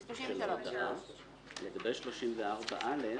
סעיף 33. לגבי סעיף 34(א),